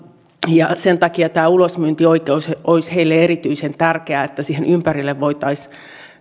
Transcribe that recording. ja sen takia tämä ulosmyyntioikeus olisi heille erityisen tärkeää niin että siihen ympärille voitaisiin